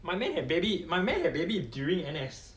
my man had baby my man had baby during N_S